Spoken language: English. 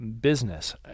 business